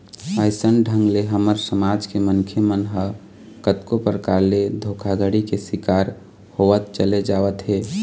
अइसन ढंग ले हमर समाज के मनखे मन ह कतको परकार ले धोखाघड़ी के शिकार होवत चले जावत हे